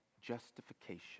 justification